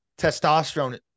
testosterone